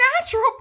natural